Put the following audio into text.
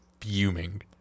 fuming